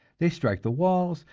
they strike the walls,